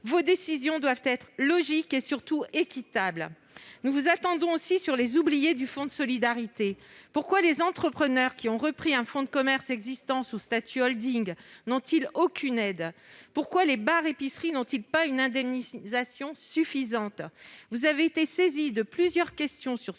Vos décisions doivent être logiques et, surtout, équitables. Nous vous attendons aussi sur la question des oubliés du fonds de solidarité. Pourquoi les entrepreneurs qui ont repris un fonds de commerce existant sous statut de holding n'ont-ils aucune aide ? Pourquoi les bars-épiceries n'ont-ils pas une indemnisation suffisante ? Vous avez été saisi de plusieurs questions